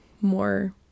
more